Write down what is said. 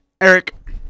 Eric